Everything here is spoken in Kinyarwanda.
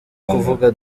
kuvuga